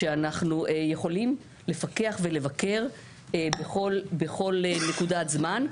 שאנחנו יכולים פקח ולבקר בכל נקודת זמן.